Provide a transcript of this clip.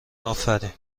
افرین